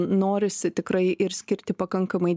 norisi tikrai ir skirti pakankamai